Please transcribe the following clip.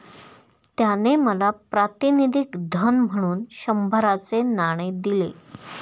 त्याने मला प्रातिनिधिक धन म्हणून शंभराचे नाणे दिले